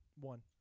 One